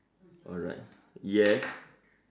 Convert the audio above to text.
alright yes